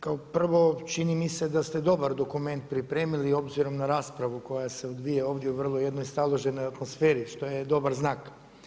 Kao prvo, čini mi se da ste dobar dokument pripremili obzirom na raspravu koja se odvija ovdje u vrlo jednoj staloženoj atmosferi, što je dobar znak.